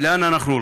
לאן אנחנו הולכים?